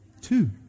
Two